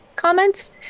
comments